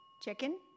Chicken